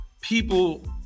people